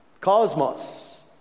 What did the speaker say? cosmos